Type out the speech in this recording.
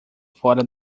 fora